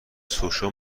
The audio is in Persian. سوشا